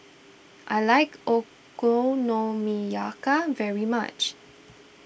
I like Okonomiyaki very much